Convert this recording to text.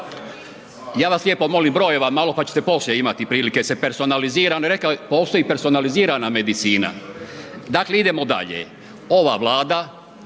Ja vas lijepo molim brojeva malo pa ćete poslije imati prilike, … postoji personalizirana medicina. Dakle idemo dalje, ova Vlada